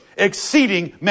Exceeding